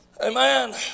Amen